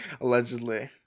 allegedly